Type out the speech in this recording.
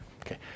okay